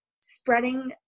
spreading